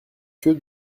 que